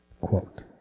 quote